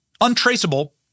untraceable